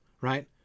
right